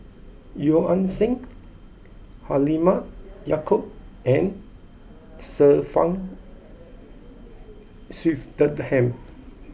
Yeo Ah Seng Halimah Yacob and Sir Frank Swettenham